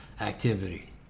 activity